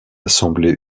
assemblée